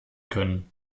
können